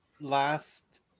last